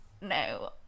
No